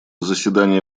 заседание